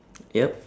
yup